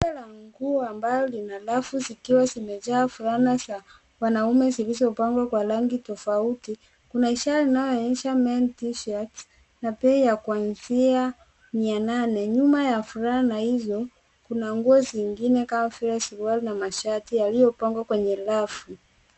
Rundo la nguo ambalo lina rafu ambazo zimejaa fulana za wanaume zilizopangwa kwa rangi tofauti. Kuna ishara inayoonyesha men t shirt ya kuanzia mia nane. Nyuma ya fulana hizo kuna nguo zingine kama vile suruali na mashati yaliyopangwa kwenye rafu.